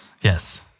Yes